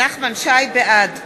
בעד